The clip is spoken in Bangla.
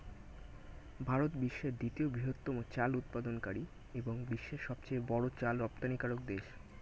ভারত বিশ্বের দ্বিতীয় বৃহত্তম চাল উৎপাদনকারী এবং বিশ্বের সবচেয়ে বড় চাল রপ্তানিকারক দেশ